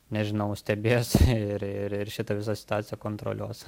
nežinau stebės ir ir ir šitą visą situaciją kontroliuos